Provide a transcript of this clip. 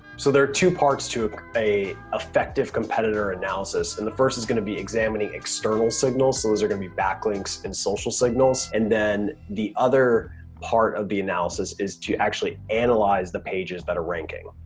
so there are two parts to a effective competitor analysis. and the first is gonna be examining external signals. so those are gonna be backlinks and social signals. and then the other part of the analysis is to actually analyze the pages that are ranking.